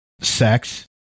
sex